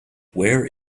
where